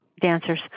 dancers